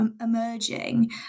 Emerging